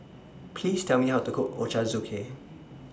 Please Tell Me How to Cook Ochazuke